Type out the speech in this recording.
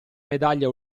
medaglia